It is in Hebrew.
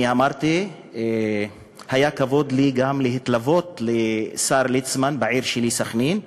אני אמרתי שהיה לי הכבוד להתלוות לשר ליצמן בעיר שלי סח'נין,